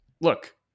look